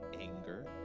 anger